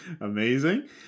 Amazing